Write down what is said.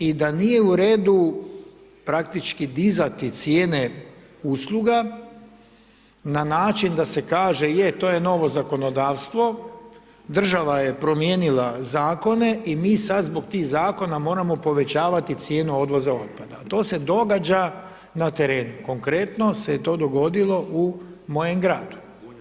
I da nije u redu praktički dizati cijene usluga, na način da se kaže, je to je novo zakonodavstvo, država je promijenila zakone i mi sada zbog tih zakona, moramo povećavati cijene odvoza otpada, to se događa na terenu, konkretno se je to dogodilo u mojem gradu.